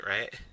right